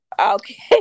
Okay